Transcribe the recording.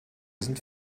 sind